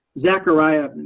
Zechariah